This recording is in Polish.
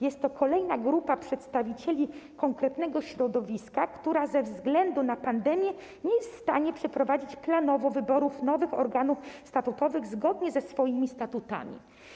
Jest to kolejna grupa przedstawicieli konkretnego środowiska, która ze względu na pandemię nie jest w stanie przeprowadzić planowo wyborów nowych organów statutowych zgodnie ze swoimi statutami.